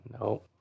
No